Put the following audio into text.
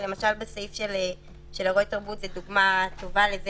ולמשל הסעיף של אירועי תרבות זו דוגמה טובה לזה